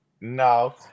No